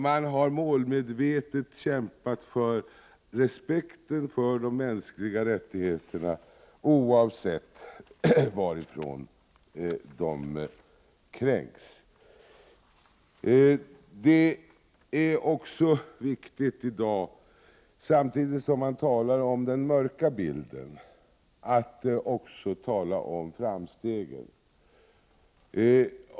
Man har målmedvetet kämpat för respekten för de mänskliga rättigheterna, oavsett var dessa har kränkts. Samtidigt som man talar om den mörka bilden är det viktigt att i dag också tala om framstegen.